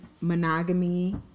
monogamy